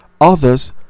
Others